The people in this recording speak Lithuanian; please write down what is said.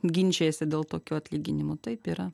ginčijasi dėl tokių atlyginimų taip yra